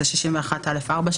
זה 61א4,